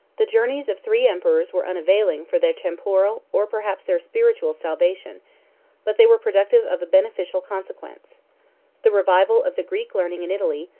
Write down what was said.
the journeys of three emperors were unavailing for their temporal, or perhaps their spiritual, salvation but they were productive of a beneficial consequence the revival of the greek learning in italy,